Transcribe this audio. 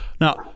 Now